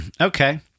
Okay